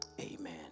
amen